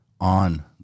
on